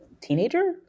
teenager